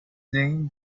name